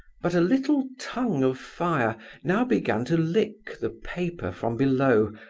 but a little tongue of fire now began to lick the paper from below,